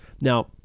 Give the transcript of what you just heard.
Now